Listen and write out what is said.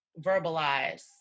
verbalize